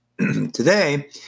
Today